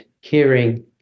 hearing